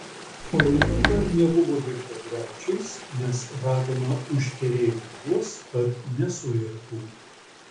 palaikai dar nebuvo virtę griaučiais nes ragana užkerėjo juos kad nesuirtų